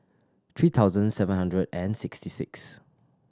three thousand seven hundred and sixty six